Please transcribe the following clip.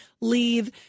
leave